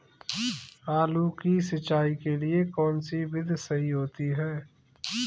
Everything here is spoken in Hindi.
आलू की सिंचाई के लिए कौन सी विधि सही होती है?